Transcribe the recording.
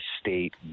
state